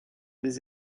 des